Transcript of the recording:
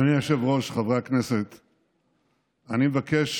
אדוני היושב-ראש, חברי הכנסת, אני מבקש